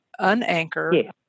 unanchor